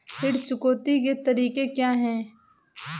ऋण चुकौती के तरीके क्या हैं?